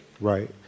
Right